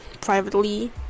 privately